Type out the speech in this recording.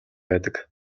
байдаг